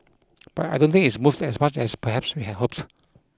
but I don't think it's moved as much as perhaps we had hoped